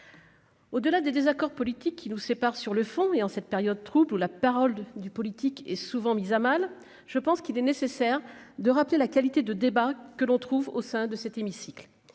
Au-delà des désaccords politiques qui nous sépare sur le fond et en cette période trouble où la parole du politique est souvent mise à mal, je pense qu'il est nécessaire de rappeler la qualité de débat que l'on trouve au sein de cet hémicycle,